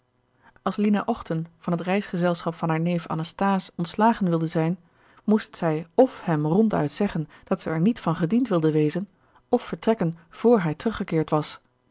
als lina ochten van het reisgezelschap van haar neef gerard keller het testament van mevrouw de tonnette anasthase ontslagen wilde zijn moest zij of hem ronduit zeggen dat zij er niet van gediend wilde wezen of vertrekken vr hij teruggekeerd was